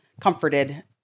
comforted